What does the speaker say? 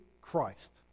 Christ